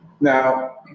Now